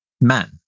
men